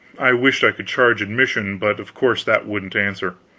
i wished i could charge admission, but of course that wouldn't answer.